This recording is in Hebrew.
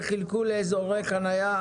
וחילקו לאזורי חנייה,